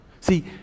See